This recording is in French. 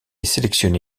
sélectionné